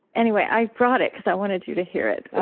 anyway, i brought it because i wanted you to hear it.